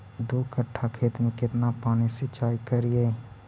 दू कट्ठा खेत में केतना पानी सीचाई करिए?